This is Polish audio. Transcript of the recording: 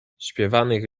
śpiewnych